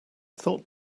thought